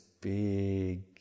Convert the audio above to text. big